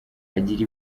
agira